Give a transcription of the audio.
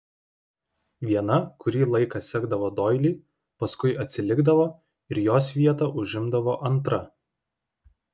viena kurį laiką sekdavo doilį paskui atsilikdavo ir jos vietą užimdavo antra